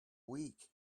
week